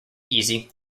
easy